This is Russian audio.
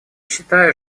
считаю